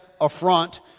affront